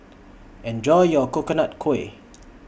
Enjoy your Coconut Kuih